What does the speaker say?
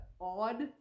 odd